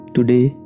Today